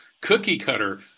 cookie-cutter